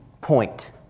point